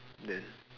then